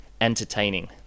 entertaining